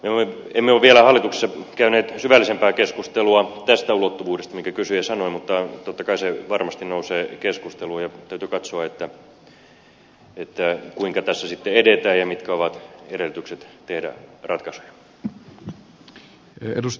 me emme ole vielä hallituksessa käyneet syvällisempää keskustelua tästä ulottuvuudesta minkä kysyjä sanoi mutta totta kai se varmasti nousee keskusteluun ja täytyy katsoa kuinka tässä sitten edetään ja mitkä ovat edellytykset tehdä ratkaisuja